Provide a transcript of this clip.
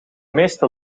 meeste